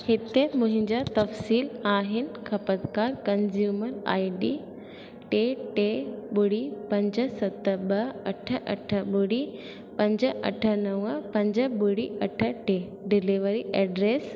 हिते मुहिंजा तफिसीलु आहिनि ख़पतकार कंज़यूमर आई डी टे टे ॿुड़ी पंज सत ॿ अठ अठ ॿुड़ी पंज अठ नव पंज ॿुड़ी अठ टे डिलेवरी एड्रस